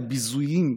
לביזויה,